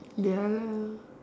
ya lah